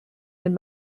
den